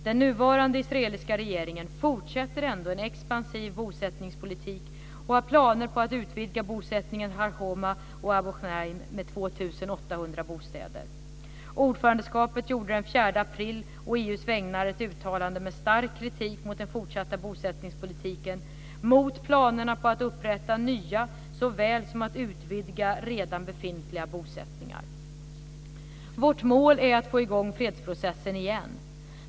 Den nuvarande israeliska regeringen fortsätter ändå en expansiv bosättningspolitik och har planer på att utvidga bosättningen Har Homa och Abu Ghneim med 2 800 bostäder. Ordförandeskapet gjorde den 4 april å EU:s vägnar ett uttalande med stark kritik mot den fortsatta bosättningspolitiken, mot planerna på att upprätta nya såväl som att utvidga redan befintliga bosättningar. Vårt mål är att få i gång fredsprocessen igen.